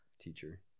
teacher